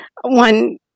one